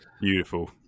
Beautiful